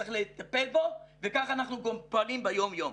צריך לטפל בו וכך אנחנו פועלים ביום-יום.